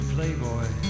Playboy